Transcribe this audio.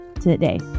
today